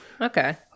okay